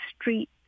street